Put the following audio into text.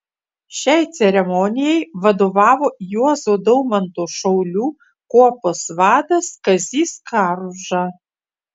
šiai ceremonijai vadovavo juozo daumanto šaulių kuopos vadas kazys karuža